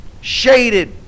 Shaded